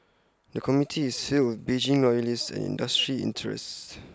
the committee is sealed Beijing loyalists and industry interests